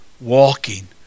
walking